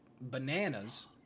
bananas